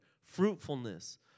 fruitfulness